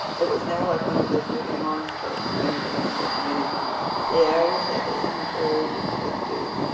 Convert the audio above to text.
it was now like one of those moving monsters wending with many feet. the air was heavy, and cold with dew.